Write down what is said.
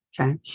Okay